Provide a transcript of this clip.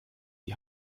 die